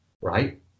Right